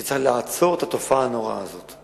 כדי לעצור את התופעה הנוראה הזאת.